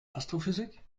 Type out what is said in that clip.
astrophysik